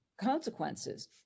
consequences